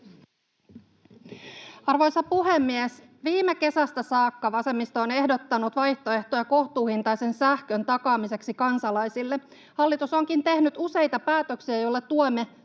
Arvoisa puhemies! Viime kesästä saakka vasemmisto on ehdottanut vaihtoehtoa kohtuuhintaisen sähkön takaamiseksi kansalaisille. Hallitus onkin tehnyt useita päätöksiä, joilla tuemme